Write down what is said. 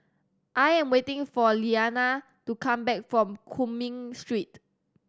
I am waiting for Liliana to come back from Cumming Street